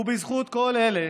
ובזכות כל אלה